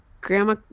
grandma